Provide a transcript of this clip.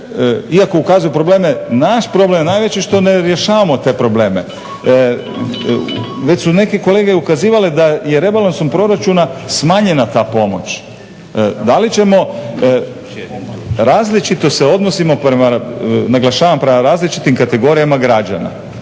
iako ukazuju na probleme, naš problem je najveći što ne rješavamo te problem. Već su neke kolega ukazivale da je rebalansom proračuna smanjena ta pomoć. Da li ćemo različito se odnosimo prema, naglašavam prema različitima kategorijama građana.